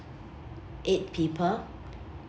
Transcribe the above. eight people